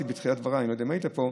בתחילת דבריי, אני לא יודע אם היית פה,